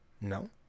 No